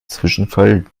zwischenfall